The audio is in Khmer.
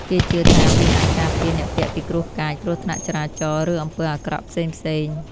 គេជឿថាវាអាចការពារអ្នកពាក់ពីគ្រោះកាច គ្រោះថ្នាក់ចរាចរណ៍ ឬអំពើអាក្រក់ផ្សេងៗ។